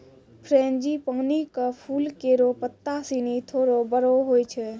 frangipani क फूल केरो पत्ता सिनी थोरो बड़ो होय छै